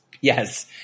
Yes